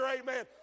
amen